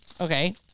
okay